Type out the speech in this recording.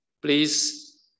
please